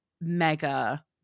mega